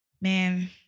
Man